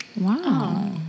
wow